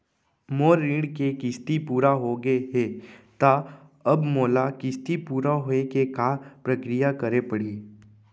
मोर ऋण के किस्ती पूरा होगे हे ता अब मोला किस्ती पूरा होए के का प्रक्रिया करे पड़ही?